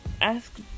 ask